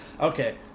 Okay